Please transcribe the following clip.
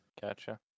Gotcha